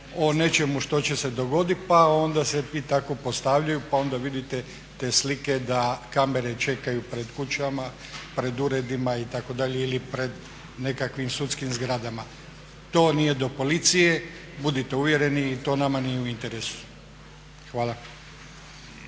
o nečemu što će se dogoditi pa onda se i tako postavljaju pa onda vidite te slike da kamere čekaju pred kućama, pred uredima itd. ili pred nekakvim sudskim zgradama. To nije do policije, budite uvjereni i to nama nije u interesu. Hvala.